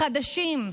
חדשים.